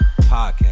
Podcast